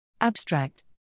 Abstract